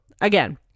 again